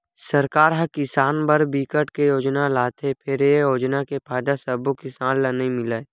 सरकार ह किसान बर बिकट के योजना लाथे फेर ए योजना के फायदा सब्बो किसान ल नइ मिलय